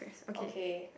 okay